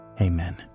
Amen